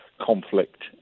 conflict